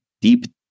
deep